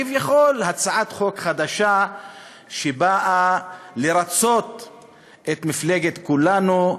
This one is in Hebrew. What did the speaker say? כביכול, הצעת חוק חדשה שבאה לרצות את מפלגת כולנו,